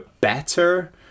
better